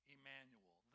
Emmanuel